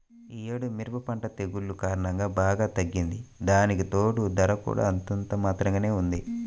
యీ యేడు మిరప పంట తెగుల్ల కారణంగా బాగా తగ్గింది, దానికితోడూ ధర కూడా అంతంత మాత్రంగానే ఉంది